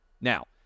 Now